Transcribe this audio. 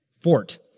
fort